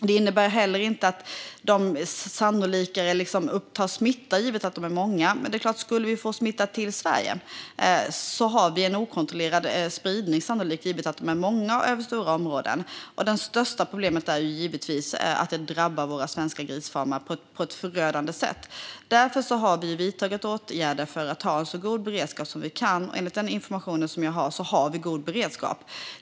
Att de är många innebär inte heller att det är mer troligt att de upptar smitta. Men om vi skulle få smitta till Sverige blir det troligen en okontrollerad spridning, eftersom de är många och spridda över stora områden. Det största problemet är givetvis att det skulle drabba våra svenska grisfarmar på ett förödande sätt. Därför har vi vidtagit åtgärder för att ha en så god beredskap som möjligt. Enligt den information jag får har vi god beredskap.